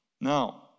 Now